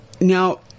Now